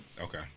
Okay